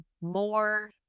more